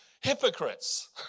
hypocrites